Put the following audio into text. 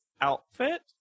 outfit